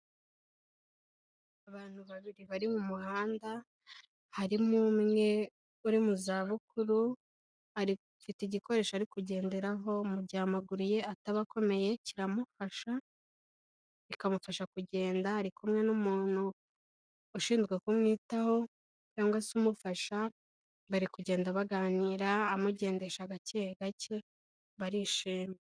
Abantu babiri bari mu muhanda harimo umwe uri mu zabukuru afite igikoresho ari kugenderaho, mu gihe amaguru ye ataba akomeye kiramufasha kikamufasha kugenda ari kumwe n'umuntu ushinzwe kumwitaho cyangwa se umufasha bari kugenda baganira amugendesha agake gake barishima.